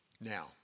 Now